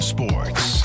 Sports